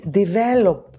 develop